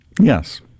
Yes